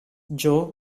joe